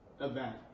event